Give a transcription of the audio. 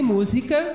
Música